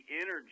energy